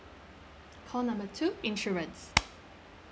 call number two insurance